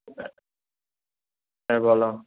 হ্যাঁ বলো